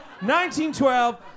1912